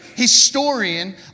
historian